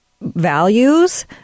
values